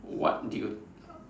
what did you